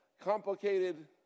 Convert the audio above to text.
complicated